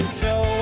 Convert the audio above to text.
show